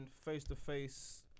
face-to-face